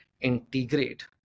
integrate